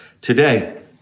today